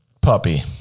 puppy